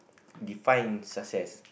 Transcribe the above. define success